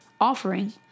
offering